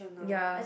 ya